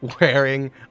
wearing